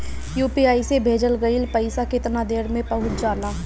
UPI से भेजल गईल पईसा कितना देर में पहुंच जाला?